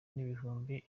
n’ibihumbi